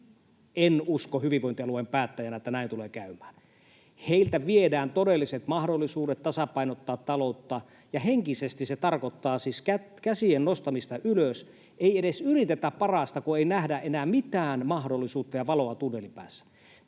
En usko hyvinvointialueen päättäjänä, että näin tulee käymään. Heiltä viedään todelliset mahdollisuudet tasapainottaa taloutta, ja henkisesti se tarkoittaa siis käsien nostamista ylös. Ei edes yritetä parasta, kun ei nähdä enää mitään mahdollisuutta ja valoa tunnelin päässä.